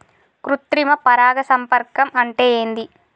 కృత్రిమ పరాగ సంపర్కం అంటే ఏంది?